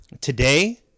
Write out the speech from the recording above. today